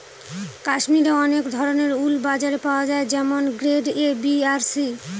কাশ্মিরে অনেক ধরনের উল বাজারে পাওয়া যায় যেমন গ্রেড এ, বি আর সি